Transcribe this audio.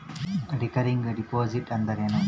Recurring deposit ಅಂದರೇನು?